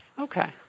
Okay